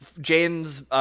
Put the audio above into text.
James